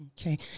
Okay